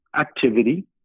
activity